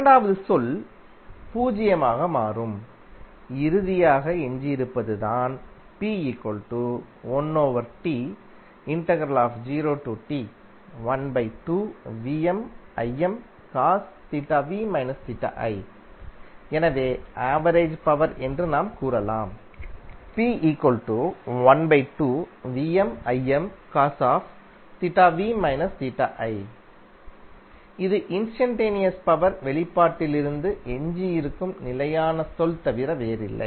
இரண்டாவது சொல் பூஜ்ஜியமாக மாறும் இறுதியாக எஞ்சியிருப்பதுதான் எனவே ஆவரேஜ் பவர் என்று நாம் கூறலாம் இது இன்ஸ்டன்டேனியஸ் பவர் வெளிப்பாட்டிலிருந்து எஞ்சியிருக்கும் நிலையான சொல் தவிர வேறில்லை